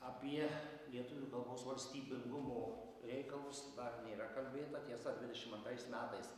apie lietuvių kalbos valstybingumo reikalus dar nėra kalbėta tiesa dvidešim antrais metais